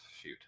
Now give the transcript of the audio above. shoot